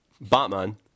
Batman